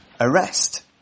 arrest